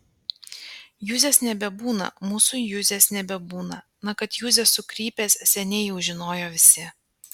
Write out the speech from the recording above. juzės nebebūna mūsų juzės nebebūna na kad juzė sukrypęs seniai jau žinojo visi